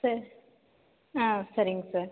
ச ஆ சரிங்க சார்